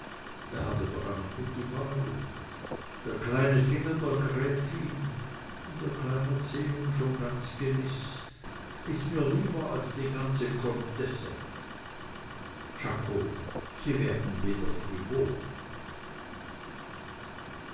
er hatte doch am ende die wahl der kleine finger der gräfin und ihr kleiner zeh nun schon ganz gewiß ist mir lieber als die ganze comtesse czako sie werden wieder frivol